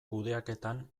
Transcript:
kudeaketan